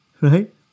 Right